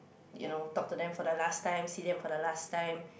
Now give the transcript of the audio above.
you know talk to them for the last time see them for the last time